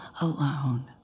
alone